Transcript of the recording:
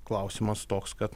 klausimas toks kad